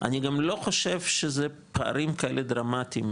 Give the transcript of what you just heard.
אני גם לא חושב שזה פערים כאלה דרמטיים,